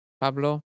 Pablo